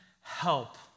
help